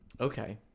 Okay